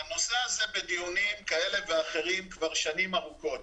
הנושא הזה בדיונים כבר שנים ארוכות.